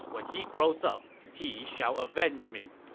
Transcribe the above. when he grows up, he shall avenge me.